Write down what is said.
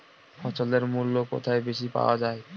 ফসলের মূল্য কোথায় বেশি পাওয়া যায়?